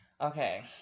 Okay